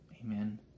Amen